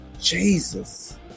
Jesus